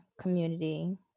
community